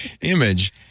image